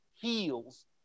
heals